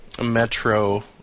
metro